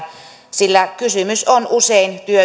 välillä sillä kysymys on usein